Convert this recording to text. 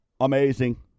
amazing